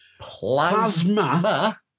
plasma